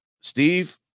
Steve